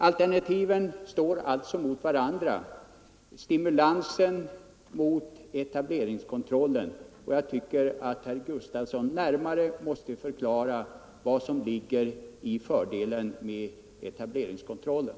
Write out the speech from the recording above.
Alternativen står alltså mot varandra: stimulansen mot etableringskontrollen. Jag tycker att herr Gustavsson närmare måste förklara vad som är fördelen med etableringskontrollen.